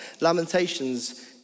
Lamentations